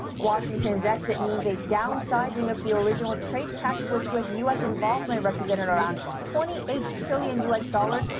washington's exit means a downsizing of the original trade pact which with u s. involvement represented around twenty eight trillion u s. dollars,